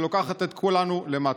שלוקחת את כולנו למטה?